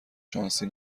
شانسی